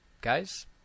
Guys